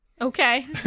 Okay